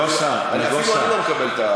נגוסה, נגוסה, אפילו אני לא מקבל את זה.